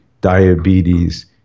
diabetes